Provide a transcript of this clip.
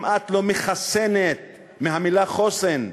אם את לא מחסנת, מהמילה חוסן,